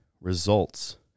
results